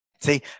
See